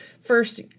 First